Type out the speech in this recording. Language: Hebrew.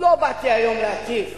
לא באתי היום להטיף